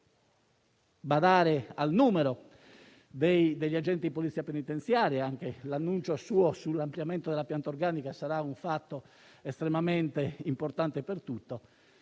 badare al numero degli agenti di Polizia penitenziaria. Il suo annuncio sull'ampliamento della pianta organica sarà un fatto estremamente importante, così